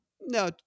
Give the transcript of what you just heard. no